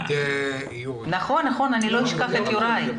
אני גם לא שוכחת את יוראי.